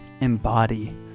Embody